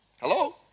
Hello